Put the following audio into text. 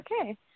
okay